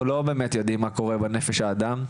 אנחנו לא באמת יודעים מה קורה בנפש האדם,